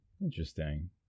Interesting